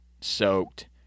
soaked